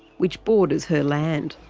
which borders her land.